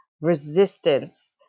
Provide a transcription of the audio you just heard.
resistance